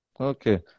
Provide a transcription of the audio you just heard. Okay